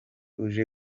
uje